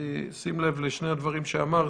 בשים לב לשני הדברים שאמרתי,